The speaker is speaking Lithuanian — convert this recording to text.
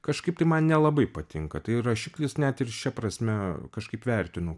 kažkaip tai man nelabai patinka tai rašiklis net ir šia prasme kažkaip vertinu